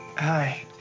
Hi